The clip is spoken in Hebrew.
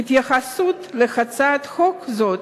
ההתייחסות להצעת חוק זו